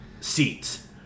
seats